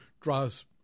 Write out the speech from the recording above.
draws